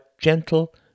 gentle